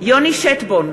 יוני שטבון,